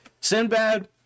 Sinbad